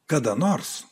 kada nors